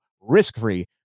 risk-free